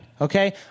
okay